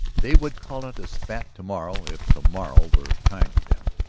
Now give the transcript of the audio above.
they would call it a spat to-morrow if to-morrow were kind to them.